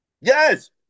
Yes